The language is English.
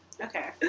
Okay